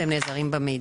והם נעזרים במידע.